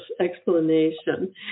explanation